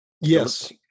Yes